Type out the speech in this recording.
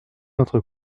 notre